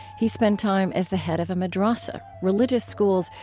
he spent time as the head of a madrassa, religious schools,